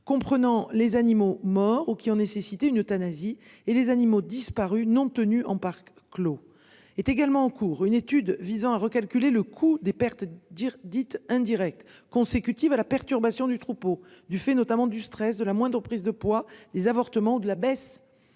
Comprenant les animaux morts ou qui ont nécessité une euthanasie et les animaux disparus non tenues en parc clos est également en cours. Une étude visant à recalculer le coût des pertes dire dites indirectes consécutive à la perturbation du troupeau, du fait notamment du stress de la moindre prise de poids des avortements de la baisse.